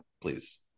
please